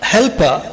Helper